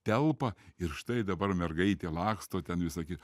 telpa ir štai dabar mergaitė laksto ten visa kita